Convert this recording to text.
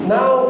Now